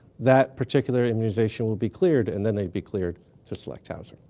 that particular immunization will be cleared and then they'd be cleared to select housing.